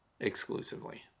exclusively